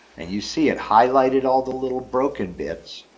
and you see it highlighted all the little broken bits.